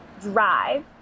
drive